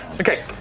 Okay